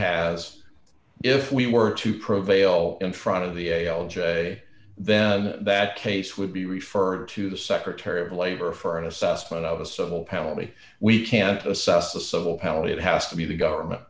has if we were to prevail in front of the a l j then that case would be referred to the secretary of labor for an assessment of a civil penalty we can't assess the civil penalty it has to be the g